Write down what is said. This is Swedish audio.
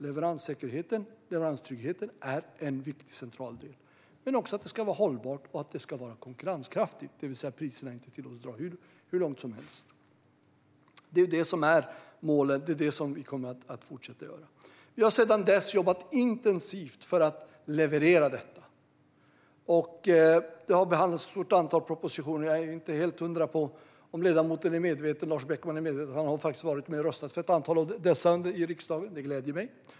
Leveranssäkerheten och leveranstryggheten är en viktig och central del. Men det gäller också att det ska vara hållbart och att det ska vara konkurrenskraftigt, det vill säga att priserna inte ska tillåtas dra iväg hur långt som helst. Det är det som är målen. Det är det som vi kommer att fortsätta med. Vi har sedan dess jobbat intensivt för att leverera detta. Ett stort antal propositioner har behandlats. Jag är inte helt hundra på om Lars Beckman är medveten om att han har röstat för ett antal av dessa i riksdagen. Detta gläder mig.